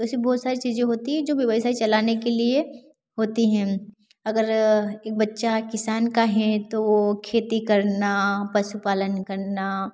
तो ऐसी बहुत सारी चीज़ें होती हैं जो व्यवसाय चलाने के लिए होती हैं अगर एक बच्चा किसान का है तो खेती करना पशुपालन करना